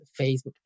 Facebook